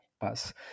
pass